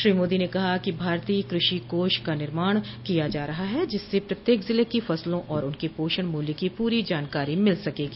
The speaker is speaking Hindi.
श्री मोदी ने कहा कि भारतीय कृषि कोष का निर्माण किया जा रहा है जिससे प्रत्येक जिले को फसलों और उनके पोषण मूल्य की पूरी जानकारी मिल सकेगी